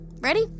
Ready